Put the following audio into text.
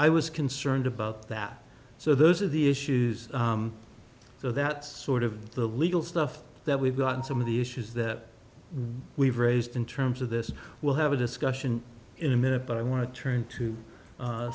i was concerned about that so those are the issues so that sort of the legal stuff that we've gotten some of the issues that we've raised in terms of this we'll have a discussion in a minute but i want to turn to